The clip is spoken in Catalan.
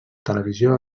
televisió